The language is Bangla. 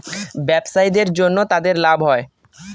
ব্যবসায়ীদের জন্য তাদের লাভ হয়